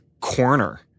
corner